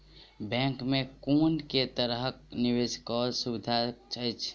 Bank मे कुन केँ तरहक निवेश कऽ सुविधा अछि?